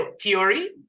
theory